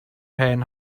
hen